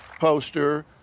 poster